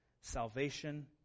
salvation